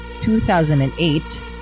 2008